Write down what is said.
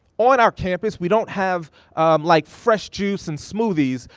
on our campus we don't have like fresh juice and smoothies.